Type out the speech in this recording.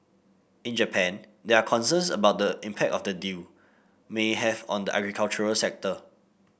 in Japan there are concerns about the impact of the deal may have on the agriculture sector